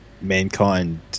Mankind